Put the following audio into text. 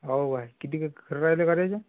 हो काय किती घरं राहिले करायचे